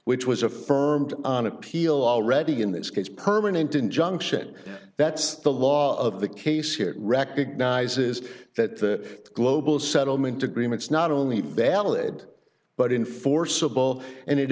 which was affirmed on appeal already in this case permanent injunction that's the law of the case here recognizes that global settlement agreements not only valid but in forcible and